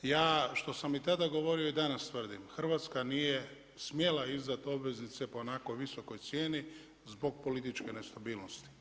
Ja što sam i tada govorio i danas tvrdim, Hrvatska nije smjela izdati obveznice po onako visokoj cijeni zbog političke nestabilnosti.